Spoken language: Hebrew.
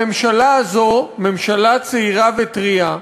הממשלה הזאת היא ממשלה צעירה וטרייה,